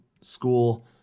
School